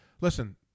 listen